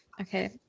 Okay